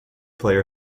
player